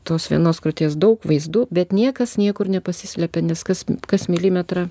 tos vienos kruties daug vaizdų bet niekas niekur nepasislepia nes kas kas milimetrą